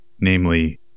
Namely